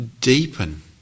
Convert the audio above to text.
deepen